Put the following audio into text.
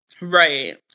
right